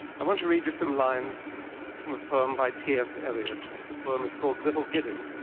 i want to read you some lines from a poem by t s. eliot. the poem is called little gidding.